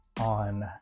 on